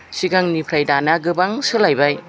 सिगांनिफ्राय दानिया गोबां सोलायबाय